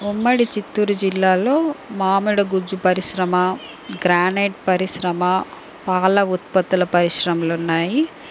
ఉమ్మడి చిత్తూరు జిల్లాలో మామిడి గుజ్జు పరిశ్రమ గ్రానైట్ పరిశ్రమ పాల ఉత్పత్తుల పరిశ్రమలు ఉన్నాయి